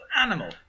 animal